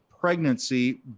pregnancy